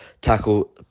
tackle